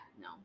no